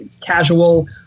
casual